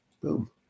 Boom